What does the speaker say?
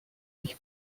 mich